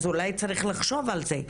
אז אולי צריך לחשוב על זה.